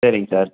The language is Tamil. சரிங்க சார்